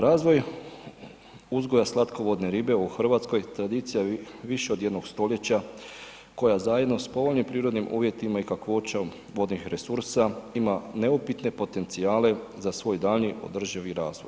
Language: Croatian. Razvoj uzgoja slatkovodne ribe u Hrvatskoj tradicija više od jednog stoljeća koja zajedno sa povoljnim prirodnim uvjetima i kakvoćom vodnih resursa ima neupitne potencijale za svoj daljnji održivi razvoj.